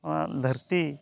ᱚᱱᱟ ᱫᱷᱟᱹᱨᱛᱤ